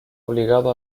obligado